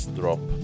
drop